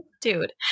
Dude